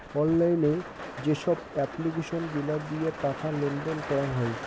online যেসব application গিলা দিয়ে টাকা লেনদেন করাঙ হউ